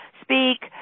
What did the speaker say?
speak